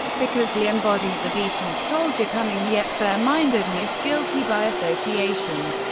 because he embodied the decent soldier, cunning yet fair-minded, and if guilty by association,